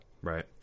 Right